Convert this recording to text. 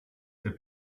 der